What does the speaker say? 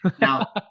Now